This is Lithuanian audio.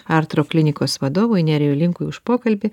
artroklinikos vadovui nerijui linkui už pokalbį